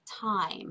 time